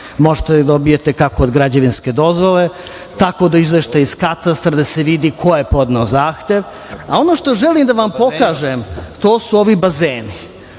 Možete da ih dobijete, kako od građevinske dozvole, tako do izveštaja iz katastra gde se vidi ko je podneo zahtev. Ono što želim da vam pokažem, to su ovi bazeni.